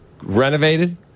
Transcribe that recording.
renovated